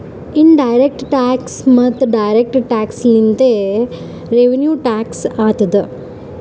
in direct tax ಮತ್ತ direct tax ಲಿಂತೆ revenue tax ಆತ್ತುದ್